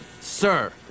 Sir